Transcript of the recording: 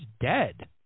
dead